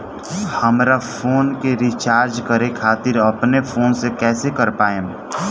हमार फोन के रीचार्ज करे खातिर अपने फोन से कैसे कर पाएम?